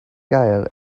gael